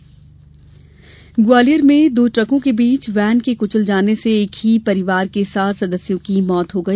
truck दुर्घटना ग्वालियर जिले में दो ट्रकों के बीच वैन के कुचल जाने से एक ही परिवार के सात सदस्यों की मौत हो गई